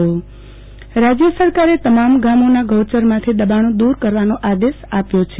આરતીબેન ભદ્દ ગૌચર જમીન રાજય સરકારે તમામ ગામોના ગૌચરમાંથી દબાણો દુર કરવાનો આદેશ આપ્યો છે